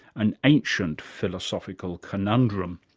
an ancient philosophical conundrum?